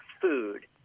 food